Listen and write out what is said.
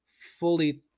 fully